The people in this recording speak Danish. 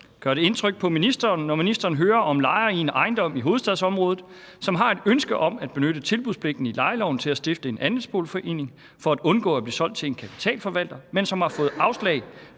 Gør det indtryk på ministeren, når ministeren hører om lejere i en ejendom i hovedstadsområdet, som har et ønske om at benytte tilbudspligten i lejeloven til at stifte en andelsboligforening for at undgå at blive solgt til en kapitalforvalter, men som har fået afslag